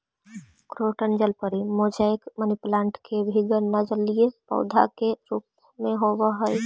croton जलपरी, mosaic, money plant के भी गणना जलीय पौधा के रूप में होवऽ हइ